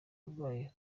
arwaye